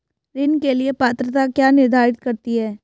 ऋण के लिए पात्रता क्या निर्धारित करती है?